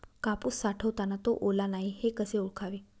कापूस साठवताना तो ओला नाही हे कसे ओळखावे?